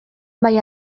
bai